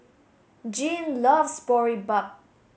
Jeanne loves Boribap